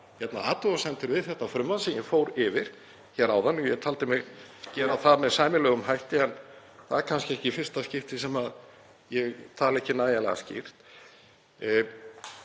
ákveðnar athugasemdir við þetta frumvarp sem ég fór yfir hér áðan og ég taldi mig gera það með sæmilegum hætti, en það er kannski ekki í fyrsta skipti sem ég tala ekki nægjanlega skýrt.